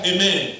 Amen